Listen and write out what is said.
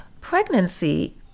Pregnancy